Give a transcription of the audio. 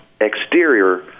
exterior